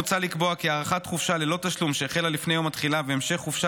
מוצע לקבוע כי הארכת חופשה ללא תשלום שהחלה לפני יום התחילה והמשך חופשה